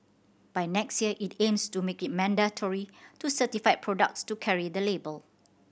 by next year it aims to make it mandatory to certified products to carry the label